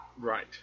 right